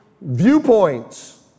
viewpoints